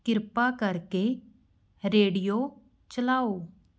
ਕਿਰਪਾ ਕਰਕੇ ਰੇਡੀਓ ਚਲਾਓ